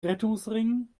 rettungsring